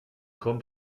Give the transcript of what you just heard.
kommt